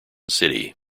city